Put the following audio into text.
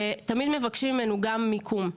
תמיד מבקשים מאיתנו גם מיקום.